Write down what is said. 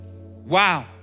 wow